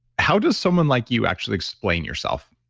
how does someone like you actually explain yourself?